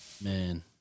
Man